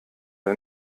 der